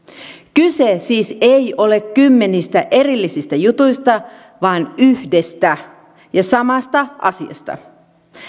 kyse siis ei ole kymmenistä erillisistä jutuista vaan yhdestä ja samasta asiasta